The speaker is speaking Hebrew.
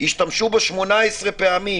השתמשו בו 18 פעמים